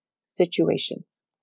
situations